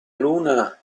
luna